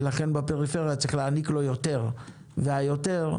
ולכן, בפריפריה צריך להעניק לו יותר, והיותר,